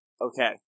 Okay